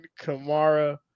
Kamara